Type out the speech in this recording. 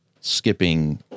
skipping